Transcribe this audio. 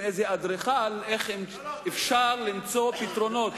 איזה אדריכל איך אפשר למצוא פתרונות,